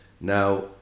Now